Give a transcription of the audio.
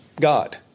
God